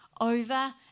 over